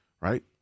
right